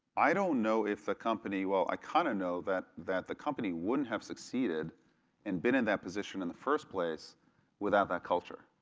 i don't know if the company, well, i kind of know that that the company wouldn't have succeeded and been in that positon in the first place without that culture.